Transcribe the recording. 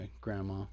grandma